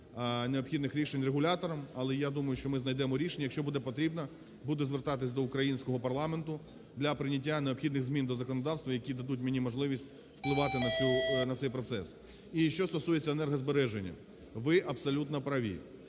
необхідних рішень регулятором. Але я думаю, що ми знайдемо рішення, якщо буде потрібно, буде звертатися до українського парламенту для прийняття необхідних змін до законодавства, які дадуть мені можливість впливати на цей процес. І що стосується енергозбереження? Ви абсолютно праві,